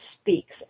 speaks